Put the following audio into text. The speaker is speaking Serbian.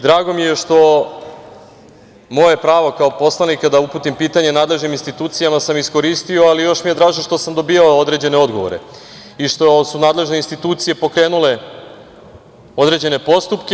Drago mi je što sam moje pravo kao poslanika da uputim pitanje nadležnim institucijama iskoristio, ali mi je još draže što sam dobijao određene odgovore i što su nadležne institucije pokrenule određene postupke.